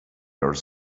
were